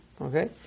Okay